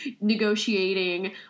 negotiating